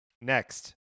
Next